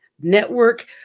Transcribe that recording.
network